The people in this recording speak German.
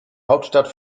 hauptstadt